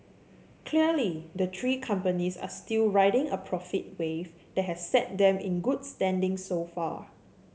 clearly the three companies are still riding a profit wave that has set them in good standing so far